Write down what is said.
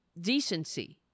decency